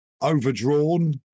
overdrawn